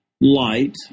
light